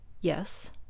yes